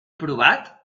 provat